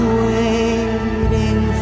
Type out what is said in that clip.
waiting